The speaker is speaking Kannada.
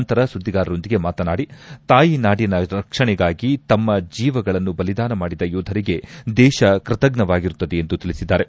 ನಂತರ ಸುದ್ದಿಗಾರೊಂದಿಗೆ ಮಾತನಾಡಿ ತಾಯಿನಾಡಿನ ರಕ್ಷಣೆಗಾಗಿ ತಮ್ಮ ಜೀವಗಳನ್ನು ಬಲಿದಾನ ಮಾಡಿದ ಯೋಧರಿಗೆ ದೇತ ಕ್ಬತಜ್ಞಾಗಿರುತ್ತದೆ ಎಂದು ತಿಳಿಸಿದ್ದಾರೆ